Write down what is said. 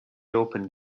opened